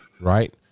right